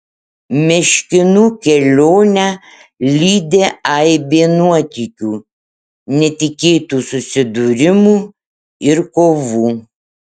meškinų kelionę lydi aibė nuotykių netikėtų susidūrimų ir kovų